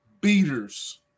beaters